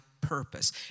purpose